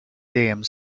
dejjem